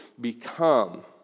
become